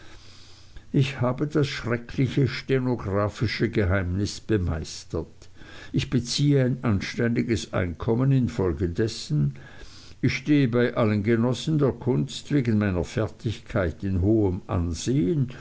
ich habe das schreckliche stenographische geheimnis bemeistert ich beziehe ein anständiges einkommen infolgedessen ich stehe bei allen genossen der kunst wegen meiner fertigkeit in hohem ansehen